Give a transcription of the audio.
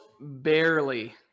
barely